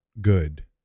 Good